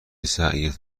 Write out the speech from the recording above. سعیت